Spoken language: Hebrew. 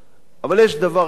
אבל יש דבר אחד